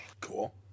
Cool